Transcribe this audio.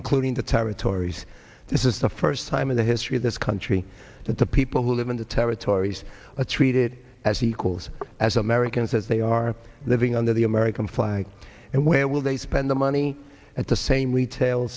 including the territories this is the first time in the history of this country that the people who live in the territories a treated as equals as americans as they are living under the american flag and where will they spend the money at the same retail